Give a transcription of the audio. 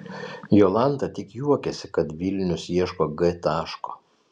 jolanta tik juokiasi kad vilnius ieško g taško